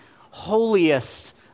holiest